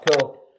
cool